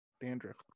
dandruff